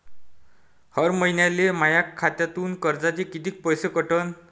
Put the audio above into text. हर महिन्याले माह्या खात्यातून कर्जाचे कितीक पैसे कटन?